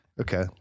Okay